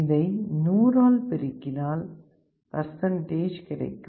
இதை 100 ஆல் பெருக்கினால் பர்சன்டேஜ் கிடைக்கும்